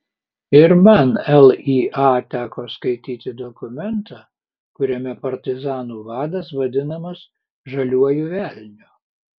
ir man lya teko skaityti dokumentą kuriame partizanų vadas vadinamas žaliuoju velniu